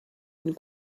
une